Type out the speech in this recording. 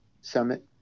summit